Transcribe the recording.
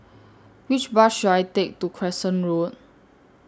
Which Bus should I Take to Crescent Road